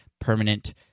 permanent